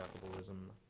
capitalism